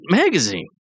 magazine